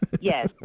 Yes